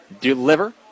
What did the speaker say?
deliver